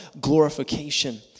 glorification